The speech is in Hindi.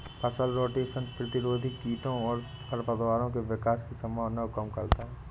फसल रोटेशन प्रतिरोधी कीटों और खरपतवारों के विकास की संभावना को कम करता है